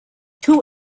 two